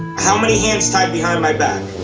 how many hands tied behind my back?